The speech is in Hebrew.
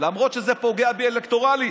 למרות שזה פוגע בי אלקטורלית,